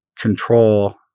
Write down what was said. Control